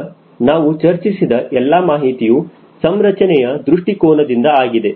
ಈಗ ನಾವು ಚರ್ಚಿಸಿದ ಎಲ್ಲಾ ಮಾಹಿತಿಯು ಸಂರಚನೆಯ ದೃಷ್ಟಿಕೋನದಿಂದ ಆಗಿದೆ